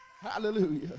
hallelujah